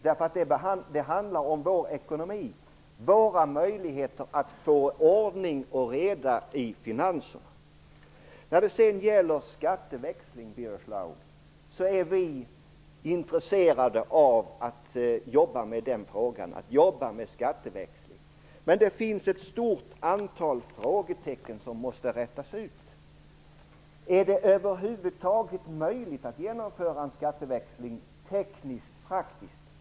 Det handlar om vår ekonomi, våra möjligheter att få ordning och reda i finanserna. När det sedan gäller skatteväxling är vi intresserade av att arbeta med den frågan, men det finns ett stort antal frågetecken som måste rätas ut. Är det över huvud taget möjligt att genomföra en skatteväxling tekniskt och praktiskt?